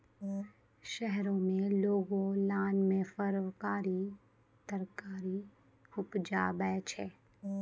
शहरो में लोगों लान मे फरकारी तरकारी उपजाबै छै